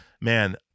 man